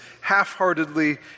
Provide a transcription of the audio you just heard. half-heartedly